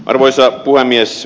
arvoisa puhemies